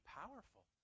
powerful